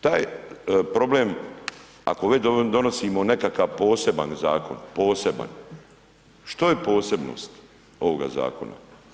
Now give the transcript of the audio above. Taj problem ako već donosimo nekakav poseban zakon, poseban, što je posebnost ovoga zakona?